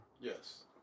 Yes